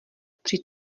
při